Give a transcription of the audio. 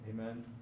Amen